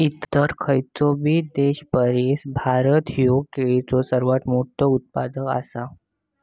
इतर खयचोबी देशापरिस भारत ह्यो केळीचो सर्वात मोठा उत्पादक आसा